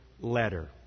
letter